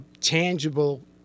tangible